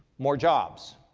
more jobs.